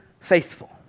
faithful